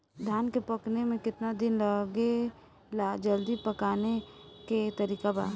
धान के पकने में केतना दिन लागेला जल्दी पकाने के तरीका बा?